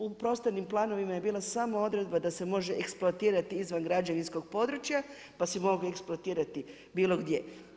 U prostornim planovima je bila samo odredba da se može eksploatirati izvan građevinskog područja, pa si mogao eksploatirati bilo gdje.